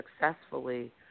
successfully